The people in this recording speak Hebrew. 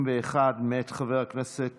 91, מאת חבר הכנסת